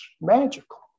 magical